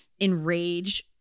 enrage